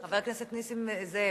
חבר הכנסת נסים זאב,